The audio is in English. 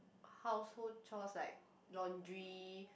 household chores like laundry